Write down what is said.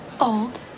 Old